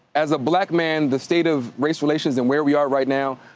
as a black man, the state of race relations and where we are right now,